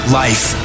life